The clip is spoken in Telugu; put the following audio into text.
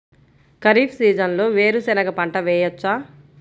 ఖరీఫ్ సీజన్లో వేరు శెనగ పంట వేయచ్చా?